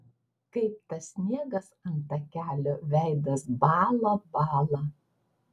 kaip tas sniegas ant takelio veidas bąla bąla